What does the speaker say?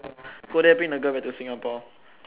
go there bring the girl back to Singapore